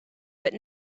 but